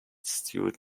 student